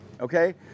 okay